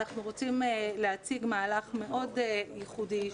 אנחנו רוצים להציג מהלך מאוד ייחודי,